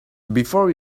before